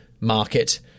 market